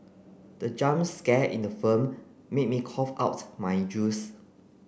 the jump scare in the film made me cough out my juice